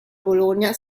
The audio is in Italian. bologna